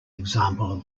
example